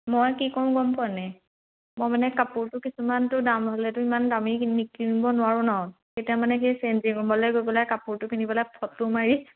মই কি কৰোঁ গম পোৱা নে মই মানে কাপোৰটো কিছুমানতো দাম হ'লেতো ইমান দামী নি কিনিব নোৱাৰোঁ ন তেতিয়া মানে কি চেঞ্জিং ৰুমলৈ গৈ পেলাই কাপোৰটো কিনিবলৈ ফটো মাৰি